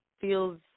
feels